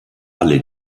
alle